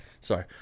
sorry